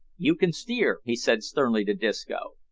you can steer, he said sternly to disco.